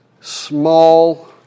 small